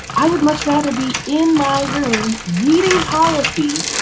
i would much rather be in my room reading policy,